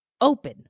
open